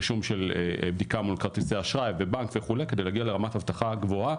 רישום בעיקר מול כרטיסי אשראי ובנק וכו' כדי להגיע לרמת אבטחה גבוהה,